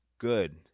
good